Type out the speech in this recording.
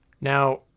Now